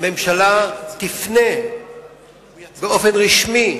שהממשלה תפנה באופן רשמי,